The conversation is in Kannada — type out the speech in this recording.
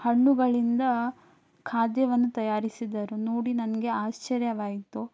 ಹಣ್ಣುಗಳಿಂದ ಖಾದ್ಯವನ್ನು ತಯಾರಿಸಿದರು ನೋಡಿ ನನಗೆ ಆಶ್ಚರ್ಯವಾಯಿತು